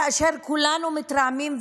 כאשר כולנו מתרעמים,